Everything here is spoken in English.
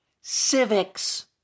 civics